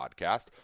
Podcast